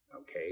okay